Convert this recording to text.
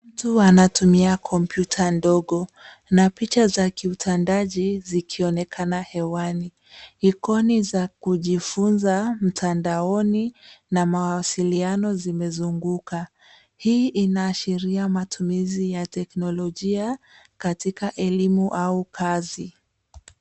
Mtu anatumia kompyuta ndogo na picha za kiutandaji zikionekana hewani. Ikoni za kujifunza mtandaoni na mawasiliano zimezunguka. Hii inaashiria matumizi ya teknolojia katika elimu au kazi.